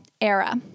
era